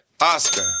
Oscar